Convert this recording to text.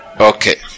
Okay